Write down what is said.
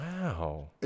Wow